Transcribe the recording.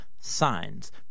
signs